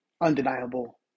undeniable